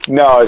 no